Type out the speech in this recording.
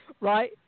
Right